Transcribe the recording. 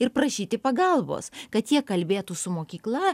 ir prašyti pagalbos kad jie kalbėtų su mokykla